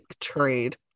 trade